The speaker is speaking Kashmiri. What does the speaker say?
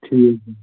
ٹھیٖک